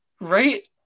Right